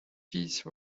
piece